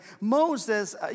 Moses